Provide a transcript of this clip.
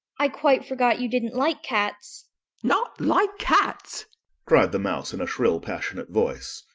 i quite forgot you didn't like cats not like cats cried the mouse, in a shrill, passionate voice.